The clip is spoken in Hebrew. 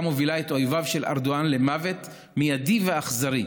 מובילה את אויביו של ארדואן למוות מיידי ואכזרי.